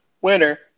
winner